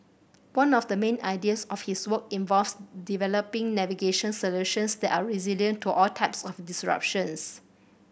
one of the main areas of his work involves developing navigation solutions that are resilient to all types of disruptions